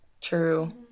True